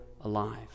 alive